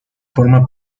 forma